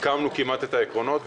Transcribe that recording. סיכמנו כמעט את העקרונות,